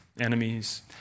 enemies